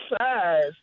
size